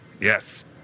Yes